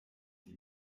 die